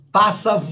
passa